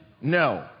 No